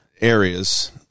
areas